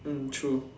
mm true